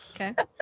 Okay